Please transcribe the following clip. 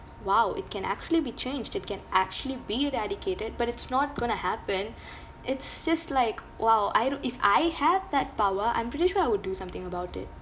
!wow! it can actually be changed it can actually be eradicated but it's not going to happen it's just like !wow! I do~ if I had that power I'm pretty sure I would do something about it